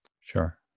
Sure